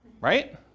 right